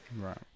Right